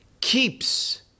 keeps